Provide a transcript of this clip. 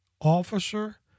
officer